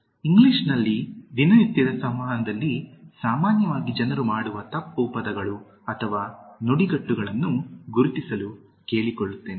ಇಂಗ್ಲಿಷ್ನಲ್ಲಿ ದಿನನಿತ್ಯದ ಸಂವಹನದಲ್ಲಿ ಸಾಮಾನ್ಯವಾಗಿ ಜನರು ಮಾಡುವ ತಪ್ಪು ಪದಗಳು ಅಥವಾ ನುಡಿಗಟ್ಟುಗಳನ್ನು ಗುರುತಿಸಲು ಕೇಳಿಕೊಳ್ಳುತ್ತೇನೆ